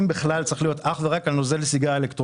מכל מוצר אחר שאנחנו מכירים בתולדות האנושות.